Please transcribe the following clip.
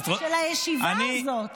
של הישיבה הזאת.